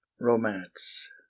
Romance